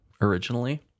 originally